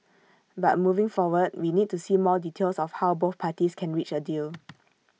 but moving forward we need to see more details of how both parties can reach A deal